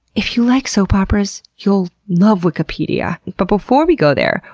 if you like soap operas you'll love wikipedia! but before we go there,